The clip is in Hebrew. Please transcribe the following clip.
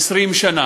20 שנה.